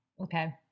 Okay